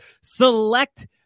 select